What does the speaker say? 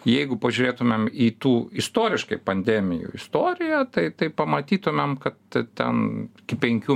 jeigu pažiūrėtumėm į tų istoriškai pandemijų istoriją tai tai pamatytumėm kad ten penkių